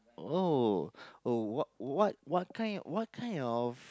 oh oh what what what kind what kind of